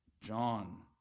John